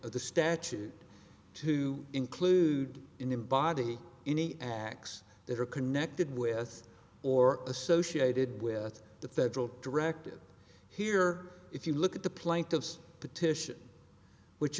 of the statute to include in the body any acts that are connected with or associated with the federal directive here if you look at the plaintiff's petition which